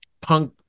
punk